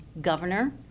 governor